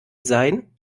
sein